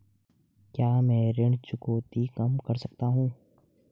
क्या मैं ऋण चुकौती कम कर सकता हूँ?